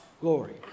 glory